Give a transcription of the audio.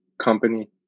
company